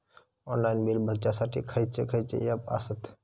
Online bill भरुच्यासाठी खयचे खयचे ऍप आसत?